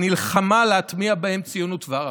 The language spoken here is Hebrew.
היא נלחמה להטמיע בהם ציונות וערכים,